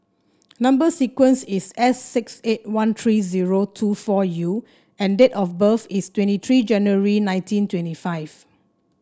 number sequence is S six eight one three zero two four U and date of birth is twenty three January nineteen twenty five